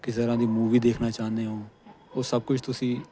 ਕਿਸੇ ਤਰ੍ਹਾਂ ਦੀ ਮੂਵੀ ਦੇਖਣਾ ਚਾਹੁੰਦੇ ਓਂ ਉਹ ਸਭ ਕੁਛ ਤੁਸੀਂ